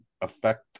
affect